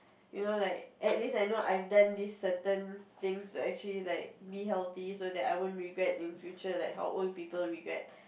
you know like at least I know I've done these certain things to actually like be healthy so that I won't regret in the future like how old people regret